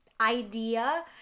idea